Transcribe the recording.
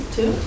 Two